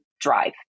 drive